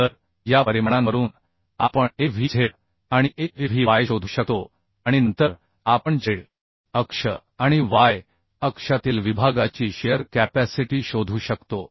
तर या परिमाणांवरून आपण AVz आणि AVy शोधू शकतो आणि नंतर आपण z अक्ष आणि y अक्षातील विभागाची शिअर कॅपॅसिटी शोधू शकतो